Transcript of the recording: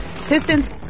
Pistons